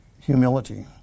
Humility